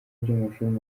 by’amashuri